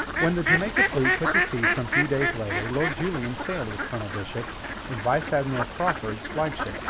when the jamaica fleet put to sea some few days later, lord julian sailed with colonel bishop in vice-admiral craufurd's flagship.